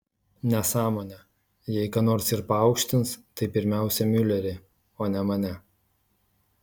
nesąmonė jei ką nors ir paaukštins tai pirmiausia miulerį o ne mane